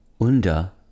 Unda